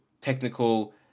technical